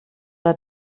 der